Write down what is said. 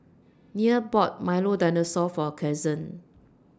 Nia bought Milo Dinosaur For Cason